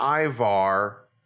Ivar